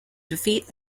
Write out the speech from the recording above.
defeat